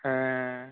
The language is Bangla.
হ্যাঁ